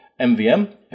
MVM